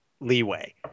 leeway